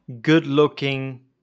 good-looking